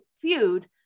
feud